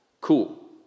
cool